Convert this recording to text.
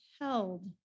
held